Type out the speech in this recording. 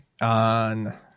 on